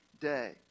day